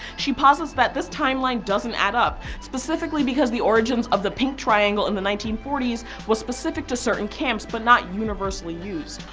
she posits that this timeline doesn't add up, specifically because the origins of the pink triangle in the nineteen forty s was specific to certain camps but not universally used.